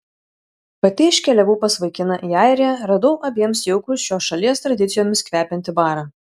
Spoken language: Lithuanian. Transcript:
pati iškeliavau pas vaikiną į airiją radau abiems jaukų šios šalies tradicijomis kvepiantį barą